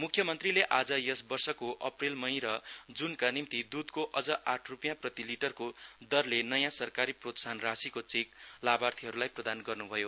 मुख्यमन्त्रीले आज यस वर्ष अप्रेलमई र जूनका निम्ति दूधको अम्न आठ रुपियौं प्रति लिटरको दरले नयौं सरकारी प्रत्साहन राशिको चेक लाभार्थीहरुलाई प्रदान गर्नु भयो